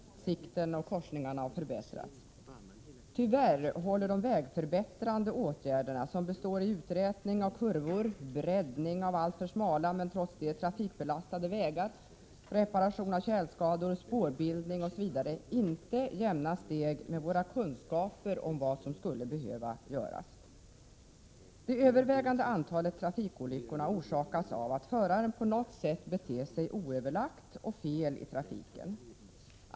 Sikten och korsningarna har förbättrats. Tyvärr håller de vägförbättrande åtgärderna, som består i uträtning av kurvor, breddning av alltför smala, men trots det trafikbelastade vägar, reparation av tjälskador, spårbildning osv., inte jämna steg med våra kunskaper om vad som skulle behöva göras. Det övervägande antalet trafikolyckor orsakas av att föraren på något sätt beter sig oöverlagt och felaktigt i trafiken.